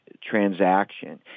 transaction